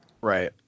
Right